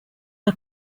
are